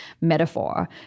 metaphor